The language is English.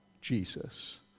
Jesus